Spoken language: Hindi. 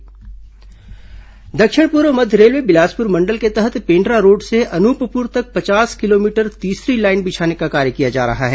रेलवे निरीक्षण दक्षिण पूर्व मध्य रेलवे बिलासपुर मंडल के तहत पेण्ड्रा रोड से अनूपपुर तक पचास किलोमीटर तीसरी लाईन बिछाने का कार्य किया जा रहा है